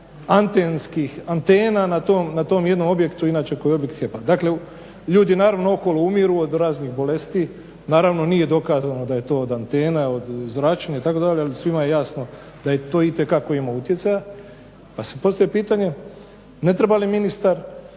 antenskih antena na tom jednom objektu inače kojeg… /Govornik se ne razumije./… Ljudi naravno okolo umiru od raznih bolesti, naravno nije dokazano da je to antena, od zračenja itd., ali svima je jasno da je to itekako ima utjecaja pa se postavlja pitanje ne treba li ministar